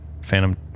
Phantom